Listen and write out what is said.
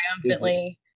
triumphantly